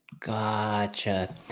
Gotcha